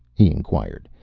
he inquired.